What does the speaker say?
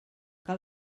cal